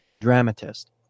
dramatist